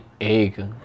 egg